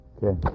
Okay